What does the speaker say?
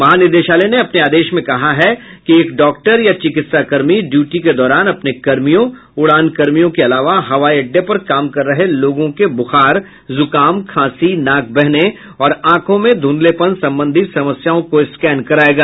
महानिदेशालय ने अपने आदेश में कहा कि एक डॉक्टर या चिकित्साकर्मी ड्यूटी के दौरान अपने कर्मियों उड़ानकर्मियों के अलावा हवाई अड्डे पर काम कर रहे लोगों के बुखार जुकाम खांसी नाक बहने और आंखों में धुंधलेपन संबंधी समस्याओं के स्कैन कराएगा